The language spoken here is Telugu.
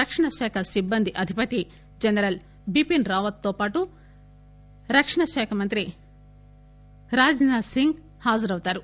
రక్షణ శాఖ సిబ్బంది అధిపతి జనరల్ బిపిన్ రావత్ తోపాటు రక్షణ మంత్రి రాజ్ నాథ్ సింగ్ హాజరౌతారు